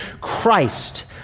Christ